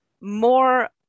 more